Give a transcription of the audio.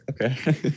Okay